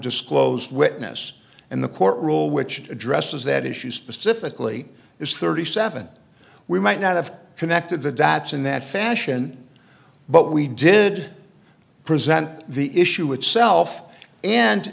disclosed witness in the court rule which addresses that issue specifically is thirty seven we might not have connected the dots in that fashion but we did present the issue itself and